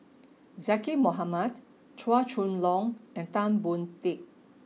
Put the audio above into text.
Zaqy Mohamad Chua Chong Long and Tan Boon Teik